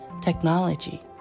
technology